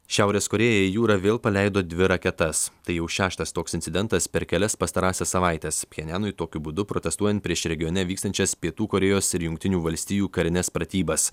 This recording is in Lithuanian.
šiaurės korėja į jūrą vėl paleido dvi raketas tai jau šeštas toks incidentas per kelias pastarąsias savaites pchenjanui tokiu būdu protestuojant prieš regione vykstančias pietų korėjos ir jungtinių valstijų karines pratybas